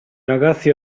ragazzi